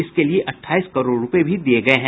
इसके लिए अट्ठाईस करोड रुपये भी दिये गये हैं